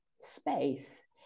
space